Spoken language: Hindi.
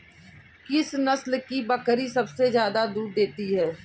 किस नस्ल की बकरी सबसे ज्यादा दूध देती है?